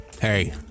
Hey